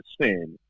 sin